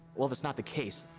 well, that's not the case.